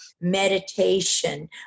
meditation